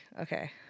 Okay